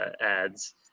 ads